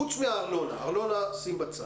חוץ מהארנונה, את הארנונה שים בצד.